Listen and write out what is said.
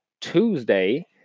Tuesday